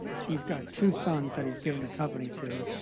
he's got two sons that he's given the company to.